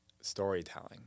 storytelling